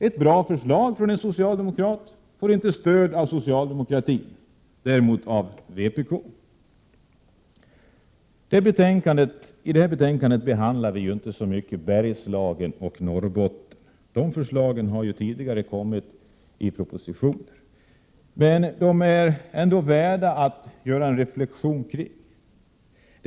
Ett bra förslag från en socialdemokrat får inte stöd av socialdemokraterna, däremot av vpk. Bergslagen och Norrbotten behandlas inte så mycket i detta betänkande. Sådana förslag har tidigare framlagts i propositioner. Ändå är förslagen värda att reflektera över.